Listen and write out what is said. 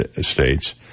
states